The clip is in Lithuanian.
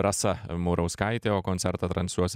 rasa murauskaitė o koncertą transliuos